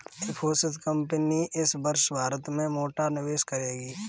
Infosys company इस वर्ष भारत में मोटा निवेश करेगी